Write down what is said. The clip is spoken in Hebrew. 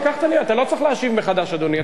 להשיב מחדש, אדוני.